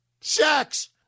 sex